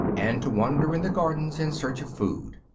and to wander in the gardens in search of food.